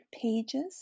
pages